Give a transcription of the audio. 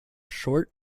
short